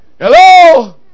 Hello